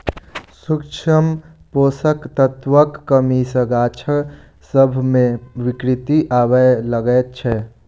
सूक्ष्म पोषक तत्वक कमी सॅ गाछ सभ मे विकृति आबय लागैत छै